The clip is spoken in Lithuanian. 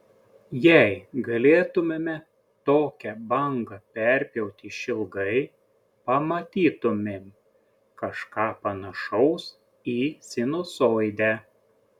jei galėtumėme tokią bangą perpjauti išilgai pamatytumėm kažką panašaus į sinusoidę